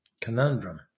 Conundrum